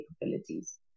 capabilities